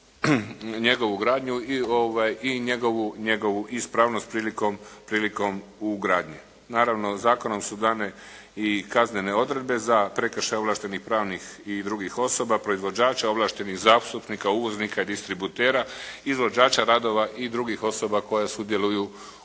njegovu ugradnju i njegovu ispravnost prilikom ugradnje. Naravno, zakonom su dane i kaznene odredbe za prekršaj ovlaštenih pravnih i drugih osoba, proizvođača, ovlaštenih zastupnika, uvoznika i distributera, izvođača radova i drugih osoba koje sudjeluju u procesu